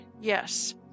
Yes